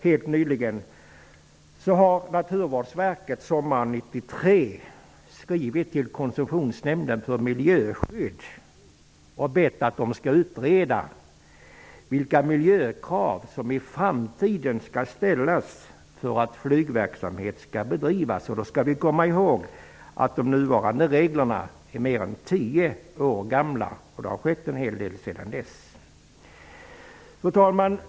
Helt nyligen, sommaren 1993, har Naturvårdsverket skrivit till Koncessionsnämnden för miljöskydd och bett att det skall utredas vilka miljökrav som i framtiden skall ställas för att flygverksamhet skall få bedrivas. Och då skall vi komma ihåg att de nuvarande reglerna är mer än tio år gamla, och det har skett en hel del under den tiden. Fru talman!